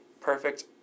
perfect